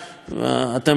אתם ראיתם את זה כאן,